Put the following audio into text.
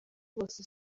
bose